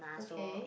okay